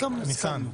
ניסן.